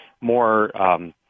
more